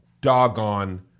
doggone